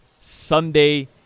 Sunday